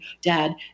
dad